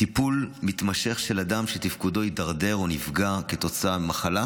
טיפול מתמשך של אדם שתפקודו הידרדר או נפגע כתוצאה ממחלה